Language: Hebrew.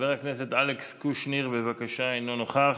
חבר הכנסת אלכס קושניר, אינו נוכח,